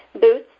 Boots